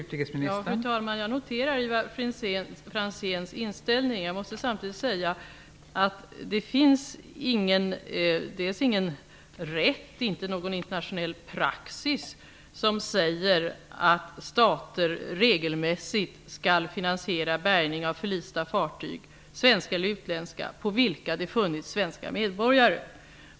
Fru talman! Jag noterar Ivar Franzéns inställning. Jag måste samtidigt säga att det inte finns någon rätt eller någon internationell praxis som säger att stater regelmässigt skall finansiera bärgning av förlista fartyg, svenska eller utländska, på vilka det funnits svenska medborgare.